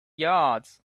yards